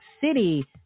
City